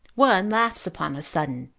one laughs upon a sudden,